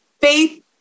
faith